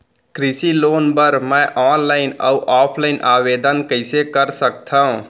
कृषि लोन बर मैं ऑनलाइन अऊ ऑफलाइन आवेदन कइसे कर सकथव?